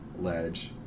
Ledge